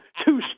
two